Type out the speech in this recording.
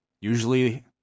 usually